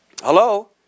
Hello